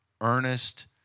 Earnest